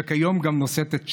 שכיום גם נושאת את שמו,